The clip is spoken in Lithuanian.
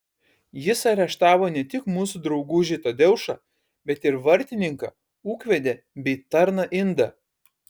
jis areštavo ne tik mūsų draugužį tadeušą bet ir vartininką ūkvedę bei tarną indą